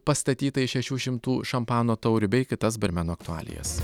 pastatytą iš šešių šimtų šampano taurių bei kitas barmenų aktualijas